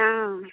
हँ